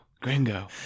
Gringo